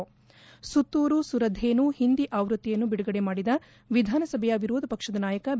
ಸುತ್ತೂರು ಸುರದೇನು ಹಿಂದಿ ಅವೃತ್ತಿ ಯನ್ನು ಬಿಡುಗಡೆ ಮಾಡಿದ ವಿಧಾನಸಭೆ ವಿರೋಧ ಪಕ್ಷದ ನಾಯಕ ಬಿ